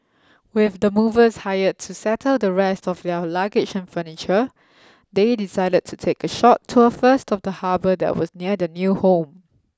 with the movers hired to settle the rest of their luggage and furniture they decided to take a short tour first of the harbour that was near their new home